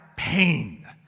pain